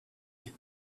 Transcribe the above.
and